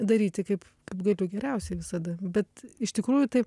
daryti kaip galiu geriausiai visada bet iš tikrųjų tai